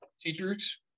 teachers